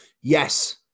yes